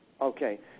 Okay